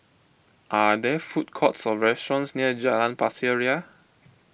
are there food courts or restaurants near Jalan Pasir Ria